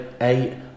eight